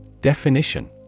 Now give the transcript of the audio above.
Definition